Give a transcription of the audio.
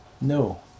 No